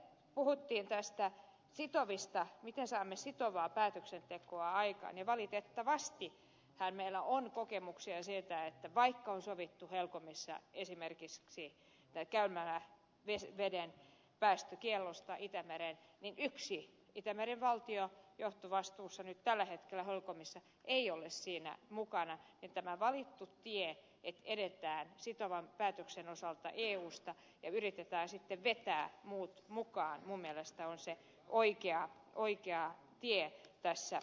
sitten puhuttiin tästä miten saamme sitovaa päätöksentekoa aikaan ja valitettavastihan meillä on kokemuksia siitä että vaikka on sovittu helcomissa esimerkiksi käymäläveden päästökiellosta itämereen ja yksi itämeren valtio johtovastuussa nyt tällä hetkellä helcomissa ei ole siinä mukana niin tämä valittu tie että edetään sitovan päätöksen osalta eusta ja yritetään sitten vetää muut mukaan minun mielestäni on se oikea tie tässä edetä